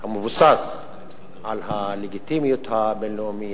המבוסס על הלגיטימיות הבין-לאומית,